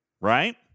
right